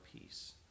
peace